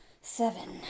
Seven